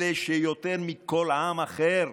אלה שיותר מכל עם אחר,